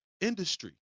industry